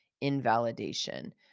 invalidation